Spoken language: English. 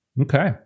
Okay